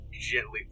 gently